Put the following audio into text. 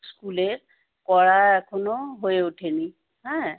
স্কুলের করা এখনও হয়ে ওঠেনি হ্যাঁ